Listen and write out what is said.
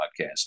Podcast